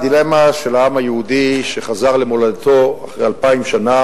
הדילמה של העם היהודי שחזר למולדתו אחרי אלפיים שנה